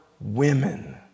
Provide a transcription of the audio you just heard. women